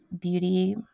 beauty